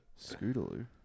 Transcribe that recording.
Scootaloo